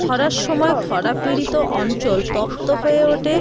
খরার সময় খরা পীড়িত অঞ্চল তপ্ত হয়ে ওঠে